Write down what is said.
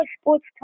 Sports